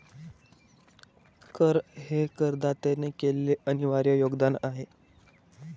कर हे करदात्याने केलेले अनिर्वाय योगदान आहे